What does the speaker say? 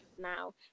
now